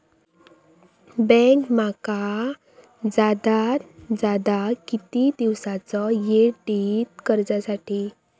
Bank माका जादात जादा किती दिवसाचो येळ देयीत कर्जासाठी?